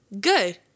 Good